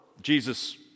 Jesus